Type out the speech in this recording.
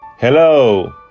Hello